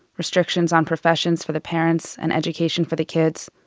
restrictions on professions for the parents and education for the kids.